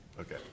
Okay